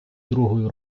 другою